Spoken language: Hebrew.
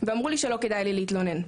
ואמרו לי שלא כדאי לי להתלונן.